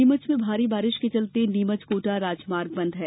नीमच में भारी बारिश के चलते नीमच कोटा राजमार्ग बंद है